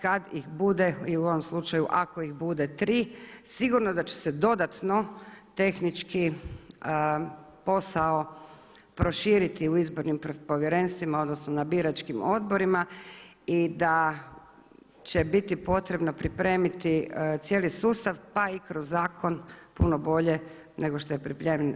Kad ih bude i u ovom slučaju ako ih bude tri sigurno da će se dodatno tehnički posao proširiti u izbornim povjerenstvima odnosno na biračkim odborima i da će biti potrebno pripremiti cijeli sustav pa i kroz zakon puno bolje nego što je pripremljen.